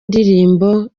ndirimbo